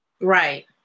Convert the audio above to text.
right